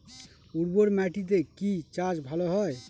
উর্বর মাটিতে কি চাষ ভালো হয়?